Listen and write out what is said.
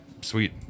sweet